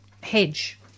hedge